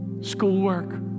schoolwork